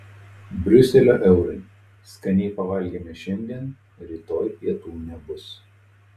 briuselio eurai skaniai pavalgėme šiandien rytoj pietų nebus